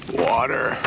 water